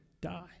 die